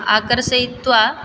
आकर्षयित्वा